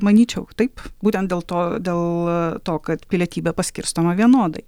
manyčiau taip būtent dėl to dėl to kad pilietybė paskirstoma vienodai